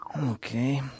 Okay